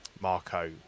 Marco